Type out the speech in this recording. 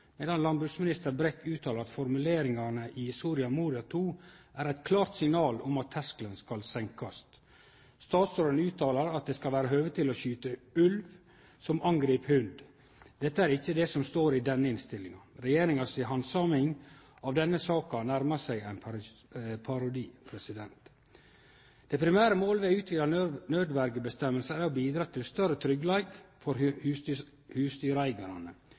medan landbruksminister Brekk uttaler at formuleringane i Soria Moria II er eit klart signal om at terskelen skal senkast. Statsråden uttaler at det skal vere høve til å skyte ulv som angrip hund. Det er ikkje det som står i denne innstillinga. Regjeringa si handsaming av denne saka nærmar seg ein parodi. Det primære målet med eit utvida nødverjevedtak er å bidra til større tryggleik for husdyreigarane.